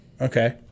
Okay